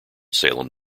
salem